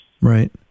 Right